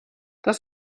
das